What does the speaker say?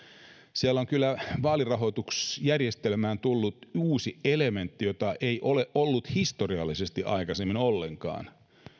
siellä on kyllä vaalirahoitusjärjestelmään tullut uusi elementti jota ei ole ollut historiallisesti aikaisemmin ollenkaan